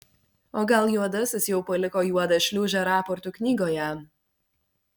o gal juodasis jau paliko juodą šliūžę raportų knygoje